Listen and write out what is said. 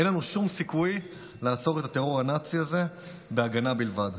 אין לנו שום סיכוי לעצור את הטרור הנאצי הזה בהגנה בלבד,